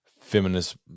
feminist